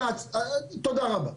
תודה רבה,